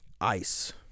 ice